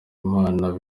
imana